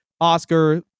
oscar